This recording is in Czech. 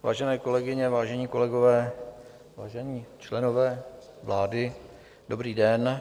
Vážené kolegyně, vážení kolegové, vážení členové vlády, dobrý den.